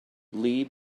lee